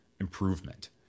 improvement